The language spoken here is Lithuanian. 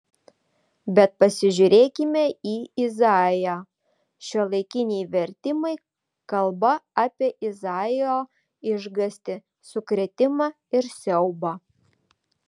bet pasižiūrėkime į izaiją šiuolaikiniai vertimai kalba apie izaijo išgąstį sukrėtimą ir siaubą